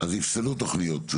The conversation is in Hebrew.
אז יפסלו תוכניות.